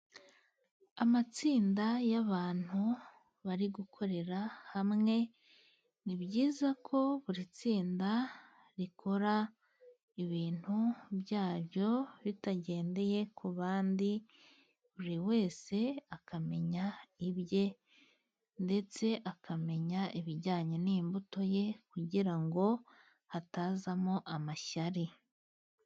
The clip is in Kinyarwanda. Amatsinda y'abantu bari gukorera hamwe. Ni byiza ko buri tsinda rikora ibintu byaryo ritagendeye ku bandi, buri wese akamenya ibye ndetse akamenya ibijyanye n'imbuto ye kugira ngo hatazamo amashyari.